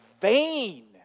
vain